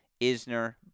Isner